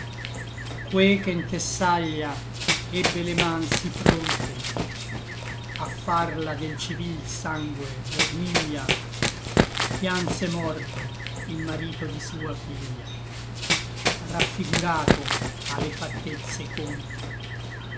stato que'che n tesaglia ebbe le man sí pronte a farla del civil sangue vermiglia pianse morto il marito di sua figlia raffigurato a le fatezze conte